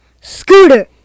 Scooter